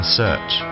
search